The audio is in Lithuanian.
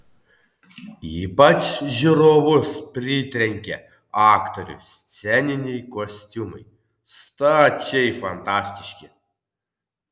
ypač žiūrovus pritrenkė aktorių sceniniai kostiumai stačiai fantastiški